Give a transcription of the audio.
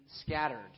scattered